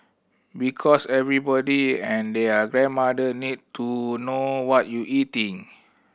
because everybody and their grandmother need to know what you eating